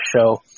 show